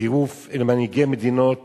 טירוף אל מנהיגי מדינות